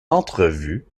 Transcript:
entrevues